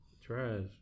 Trash